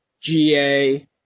GA